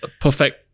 perfect